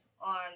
on